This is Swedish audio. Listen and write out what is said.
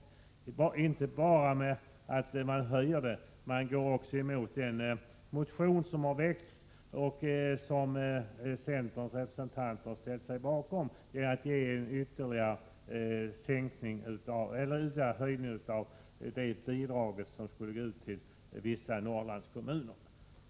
Man inte bara höjer skatten, man går också emot den motion som har väckts, och som centerns representanter har ställt sig bakom, om en ytterligare höjning av den kompensation som skulle gå ut till bilägare i vissa Norrlandskommuner.